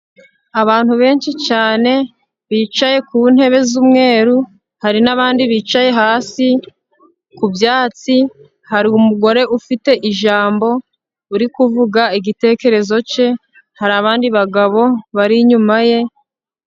Abantu benshi cyane bicaye ku ntebe z'umweru, hari n'abandi bicaye hasi ku byatsi, hari umugore ufite ijambo uri kuvuga igitekerezo cye, hari abandi bagabo bari inyuma ye,..